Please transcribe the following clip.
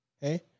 hey